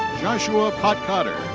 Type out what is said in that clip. joshua pottkotter.